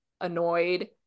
annoyed